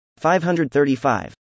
535